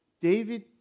David